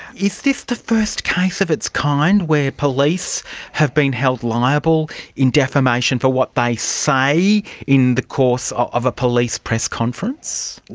is this the first case of its kind where police have been held liable in defamation for what they say in the course of a police press conference?